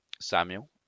Samuel